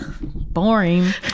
Boring